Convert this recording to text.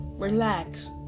Relax